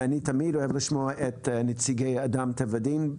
אני תמיד אוהב לשמוע את נציגי אדם טבע ודין.